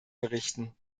berichten